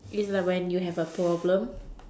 is like when you have a problem